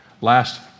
Last